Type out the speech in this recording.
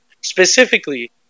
specifically